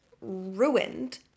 Ruined